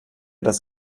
das